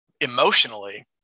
emotionally